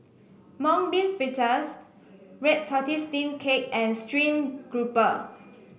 Mung Bean Fritters Red Tortoise Steamed Cake and stream grouper